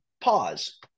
Pause